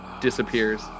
disappears